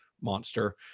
monster